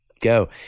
go